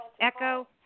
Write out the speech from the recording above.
Echo